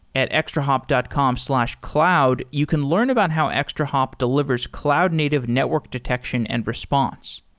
at extrahop dot com slash cloud, you can learn about how extrahop delivers cloud-native network detection and response.